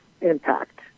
impact